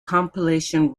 compilation